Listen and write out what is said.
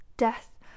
death